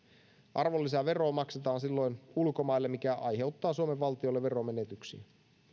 arvonlisävero maksetaan silloin ulkomaille mikä aiheuttaa suomen valtiolle veromenetyksiä